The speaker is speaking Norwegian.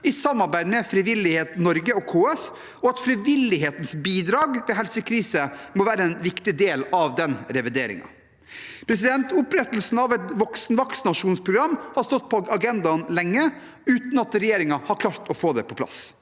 i samarbeid med Frivillighet Norge og KS, og at frivillighetens bidrag ved helsekriser må være en viktig del av den revideringen. Opprettelsen av et voksenvaksinasjonsprogram har stått på agendaen lenge, uten at regjeringen har klart å få det på plass.